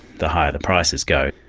the higher the prices go.